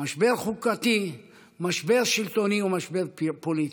משבר חוקתי, משבר שלטוני ומשבר פוליטי.